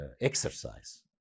exercise